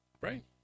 Right